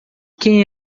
quem